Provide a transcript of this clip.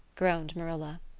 groaned marilla.